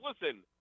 listen